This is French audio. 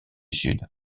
sud